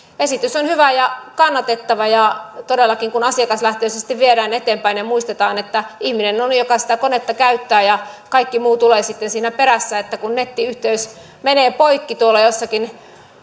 esitys on hyvä ja kannatettava ja todellakin asiakaslähtöisesti viedään eteenpäin ja muistetaan että ihminen on se joka sitä konetta käyttää ja kaikki muu tulee sitten siinä perässä ja että kun nettiyhteys menee poikki vaikkapa tuolla jossakin